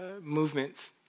movements